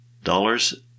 Dollars